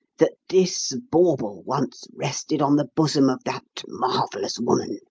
that this bauble once rested on the bosom of that marvellous woman